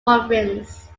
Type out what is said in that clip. province